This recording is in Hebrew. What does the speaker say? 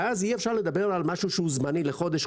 ואז אי-אפשר לדבר על משהו שהוא זמני לחודש,